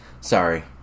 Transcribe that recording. sorry